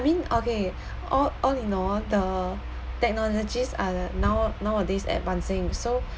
I mean okay all all you know the technologies are the now~ nowadays advancing so